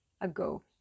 ago